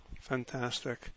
Fantastic